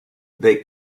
they